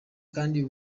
kandi